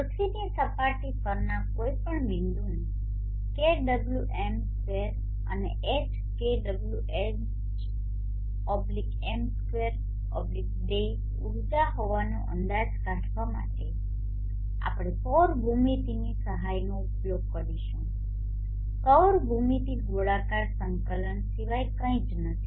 પૃથ્વીની સપાટી પરના કોઈપણ બિંદુએ kWm2 અને એચ kWhm2day ઉર્જા હોવાનો અંદાજ કાઢવા માટે આપણે સૌર ભૂમિતિની સહાયનો ઉપયોગ કરીશું સૌર ભૂમિતિ ગોળાકાર સંકલન સિવાય કંઈ નથી